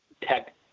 tech